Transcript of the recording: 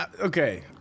Okay